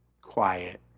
quiet